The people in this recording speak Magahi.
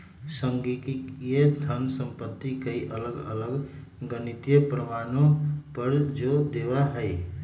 संगणकीय धन संपत्ति कई अलग अलग गणितीय प्रमाणों पर जो देवा हई